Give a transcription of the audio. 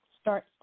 start